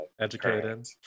Educated